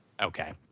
Okay